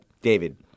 David